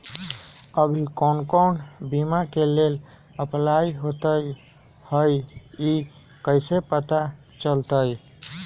अभी कौन कौन बीमा के लेल अपलाइ होईत हई ई कईसे पता चलतई?